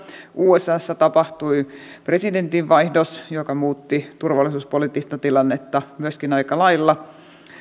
usassa tapahtui presidentinvaihdos joka muutti turvallisuuspoliittista tilannetta myöskin aika lailla